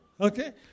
Okay